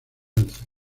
alce